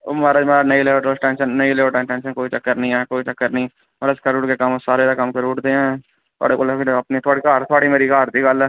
एह् म्हाराज नेईं लैयो टेंशन कोई चक्कर निं ऐ कोई चक्कर निं ऐ करी ओड़दे कम्म सारें दे करी ओड़दे थुआढ़े ते थुआढ़े मेरी ते घर दी गल्ल ऐ